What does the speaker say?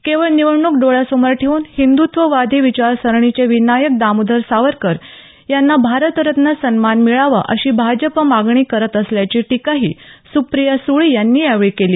केवळ निवडणूक डोळ्यासमोर ठेऊन हिंदुत्ववादी विचारसरणीचे विनायक दामोदर सावरकर यांना भारतरत्न सन्मान मिळावा अशी भाजप मागणी करत असल्याची टीकाही सुप्रिया सुळे यांनी यावेळी केली